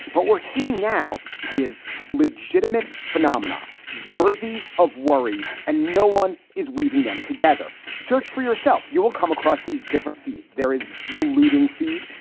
but we're seeing now is legitimate phenomena worthy of worry and no one is weaving them together. search for yourself. you will come across these different feeds. there is the looting feed.